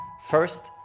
First